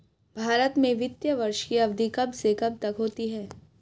भारत में वित्तीय वर्ष की अवधि कब से कब तक होती है?